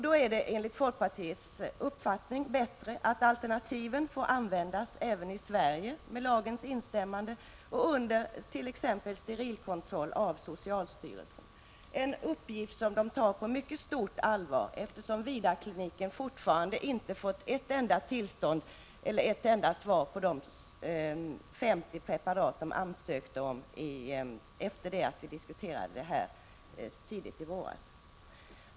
Då är det enligt folkpartiets uppfattning bättre att alternativen får användas även i Sverige med lagens instämmande och undert.ex. sterilkontroll av socialstyrelsen. Det är en uppgift som socialstyrelsen tar på mycket stort allvar, eftersom Vidarkliniken fortfarande inte fått ett enda svar beträffande de 50 preparat som man ansökte om efter det att vi diskuterade den här frågan tidigt i våras.